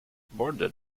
bordered